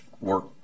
work